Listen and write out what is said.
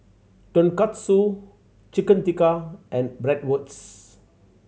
Tonkatsu Chicken Tikka and Bratwurst